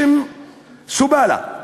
בשם שובלה,